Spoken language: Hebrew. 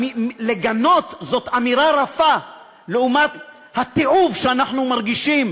לגנות זו אמירה רפה לעומת התיעוב שאנחנו מרגישים